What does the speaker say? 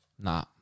Nah